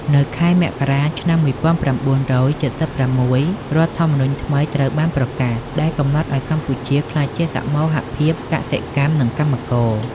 នៅខែមករា ឆ្នាំ១៩៧៦ រដ្ឋធម្មនុញ្ញថ្មីត្រូវបានប្រកាស ដែលកំណត់ឱ្យកម្ពុជាក្លាយជាសមូហភាពកសិកម្ម និងកម្មករ។